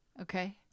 Okay